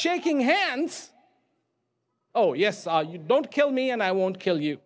shaking hands oh yes are you don't kill me and i won't kill you